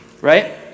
Right